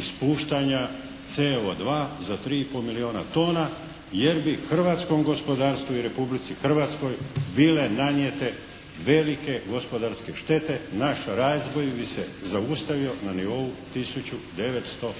ispuštanja CO2 za 3 i pol milijona tona jer bi hrvatskom gospodarstvu i Republici Hrvatskoj bile nanijete velike gospodarske štete, naš razvoj bi se zaustavio na nivou 1970.